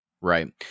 right